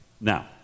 Now